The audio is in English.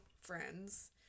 friends